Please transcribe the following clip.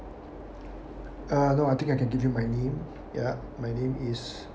uh no I think I can give you my name ya my name is